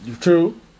True